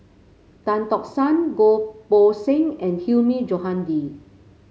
Tan Tock San Goh Poh Seng and Hilmi Johandi